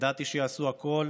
וידעתי שיעשו הכול